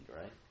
right